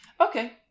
Okay